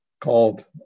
Called